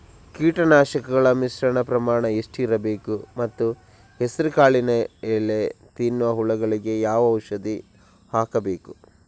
ಕೀಟನಾಶಕಗಳ ಮಿಶ್ರಣ ಪ್ರಮಾಣ ಎಷ್ಟು ಇರಬೇಕು ಮತ್ತು ಹೆಸರುಕಾಳಿನ ಎಲೆ ತಿನ್ನುವ ಹುಳಗಳಿಗೆ ಯಾವ ಔಷಧಿ ಹಾಕಬೇಕು?